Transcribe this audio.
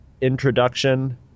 introduction